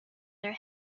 their